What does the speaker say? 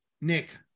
Nick